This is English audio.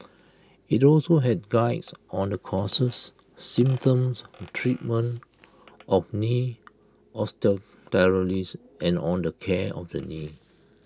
IT also had Guides on the causes symptoms treatment of knee osteoarthritis and on the care of the knee